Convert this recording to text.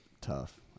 tough